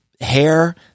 hair